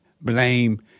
blame